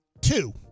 Two